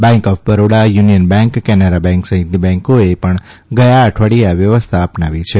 bank of Baroda union bank Canara bank સહિતની બેન્કોએ પણ ગયા અઠવાડિયે આ વ્યવસ્થા અપનાવી છે